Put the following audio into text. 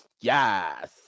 Yes